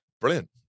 brilliant